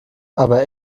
aber